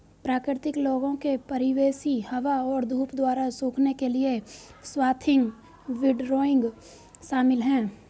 प्राकृतिक लोगों के परिवेशी हवा और धूप द्वारा सूखने के लिए स्वाथिंग विंडरोइंग शामिल है